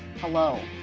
hello,